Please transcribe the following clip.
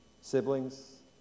siblings